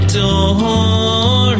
door